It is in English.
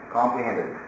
comprehended